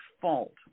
fault